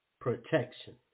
Protection